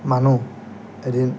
মানুহ এদিন